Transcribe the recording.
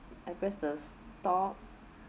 I press the stop